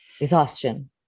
Exhaustion